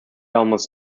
almost